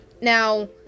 Now